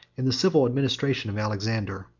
in the civil administration of alexander,